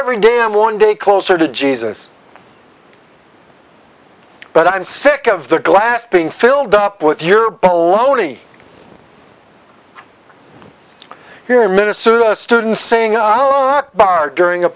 every damn one day closer to jesus but i'm sick of the glass being filled up with you're below me here in minnesota students saying uh bar during a